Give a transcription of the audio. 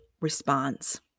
response